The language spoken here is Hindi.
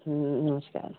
हूँ नमस्कार